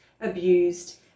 abused